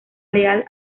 leal